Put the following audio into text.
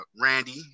Randy